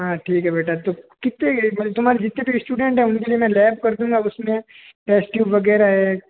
हाँ ठीक है बेटा तो कितने तुम्हारे जितने भी स्टूडेंट है उनके लिए मैं लैब कर दूँगा और उस में टेस्ट ट्यूब वग़ैरह है